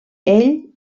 ell